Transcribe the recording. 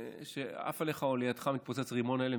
כשעף עליך או לידך מתפוצץ רימון הלם,